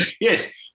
Yes